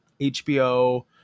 HBO